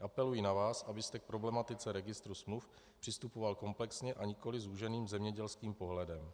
Apeluji na vás, abyste k problematice registru smluv přistupoval komplexně, a nikoliv zúženým zemědělským pohledem.